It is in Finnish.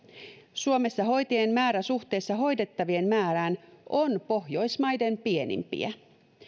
suomessa hoitajien määrä suhteessa hoidettavien määrään on pohjoismaiden pienimpiä